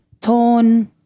tone